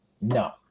No